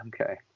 Okay